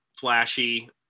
flashy